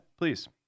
please